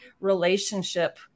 relationship